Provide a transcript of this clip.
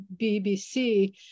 BBC